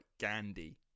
Gandhi